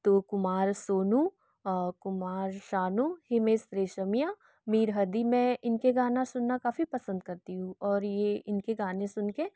तो कुमार सोनू कुमार सानु हिमेश रेशमिया मीर हदीम मैं इनके गाना सुनना काफ़ी पसंद करती हूँ और यह इनके गाने सुन कर